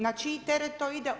Na čiji teret to ide?